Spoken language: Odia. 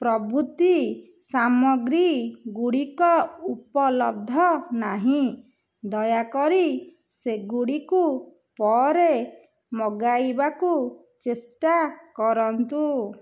ପ୍ରଭୃତି ସାମଗ୍ରୀଗୁଡ଼ିକ ଉପଲବ୍ଧ ନାହିଁ ଦୟାକରି ସେଗୁଡ଼ିକୁ ପରେ ମଗାଇବାକୁ ଚେଷ୍ଟା କରନ୍ତୁ